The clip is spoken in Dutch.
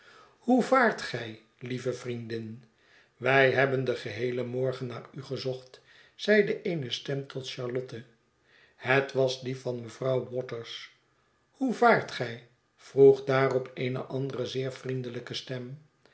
hoe vaart gij lieve vriendin wij hebben den geheelen morgen naar u gezocht zeide eene stem tot charlotte het was die van mevrouw waters hoe vaart gij vroeg daarop eene andere zeer vriendelijke stem